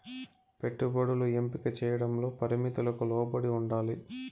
పెట్టుబడులు ఎంపిక చేయడంలో పరిమితులకు లోబడి ఉండాలి